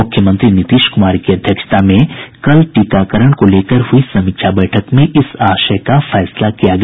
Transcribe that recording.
मुख्यमंत्री नीतीश कुमार की अध्यक्षता में कल टीकाकरण को लेकर हुई समीक्षा बैठक में इस आशय का फैसला किया गया